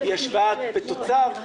היא השוואה על-פי תוצר,